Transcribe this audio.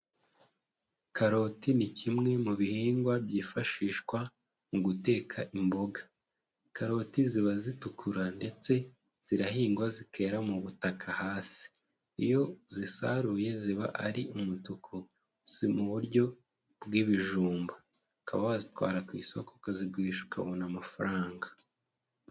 Karoti ni kimwe mu bihingwa byifashishwa mu guteka imboga, karoti ziba zitukura ndetse zirahingwa zikera mu butaka hasi, iyo uzisaruye ziba ari umutuku, ziri mu buryo bw'ibijumba, ukaba wazitwara ku isoko ukazigurisha ukabona amafaranga.